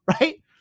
Right